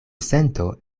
sento